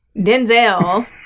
Denzel